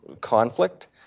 conflict